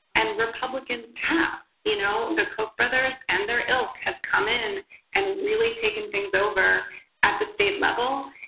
and republicans have. you know the koch brothers and their ilk have come in and really taken things over at the state level.